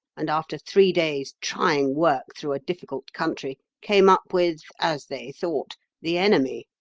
and after three days' trying work through a difficult country came up with, as they thought, the enemy.